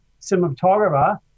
cinematographer